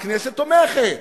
הכנסת תומכת,